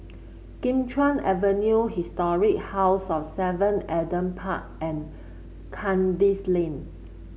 Kim Chuan Avenue Historic House of Seven Adam Park and Kandis Lane